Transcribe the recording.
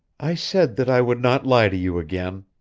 i said that i would not lie to you again.